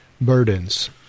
burdens